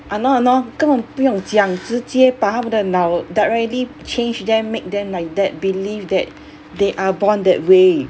!hannor! !hannor! 更不用讲直接把他们的脑 directly change them make them like that believe that they are born that way